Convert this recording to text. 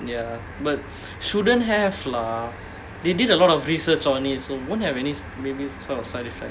ya but shouldn't have lah they did a lot of research on it so won't have any s~ maybe sort of side effect